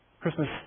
Christmas